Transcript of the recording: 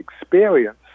experience